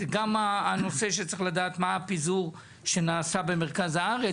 זה גם הנושא שצריך לדעת מה הפיזור שנעשה במרכז הארץ.